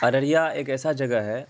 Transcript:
ارریا ایک ایسا جگہ ہے